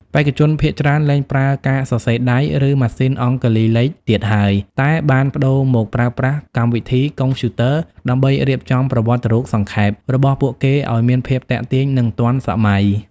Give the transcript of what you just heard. បេក្ខជនភាគច្រើនលែងប្រើការសរសេរដៃ ឬម៉ាស៊ីនអង្គុលីលេខទៀតហើយ តែបានប្ដូរមកប្រើប្រាស់កម្មវិធីកុំព្យូទ័រ ដើម្បីរៀបចំ ប្រវត្តិរូបសង្ខេប របស់ពួកគេឲ្យមានភាពទាក់ទាញ និងទាន់សម័យ។